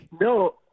No